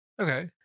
Okay